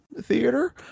Theater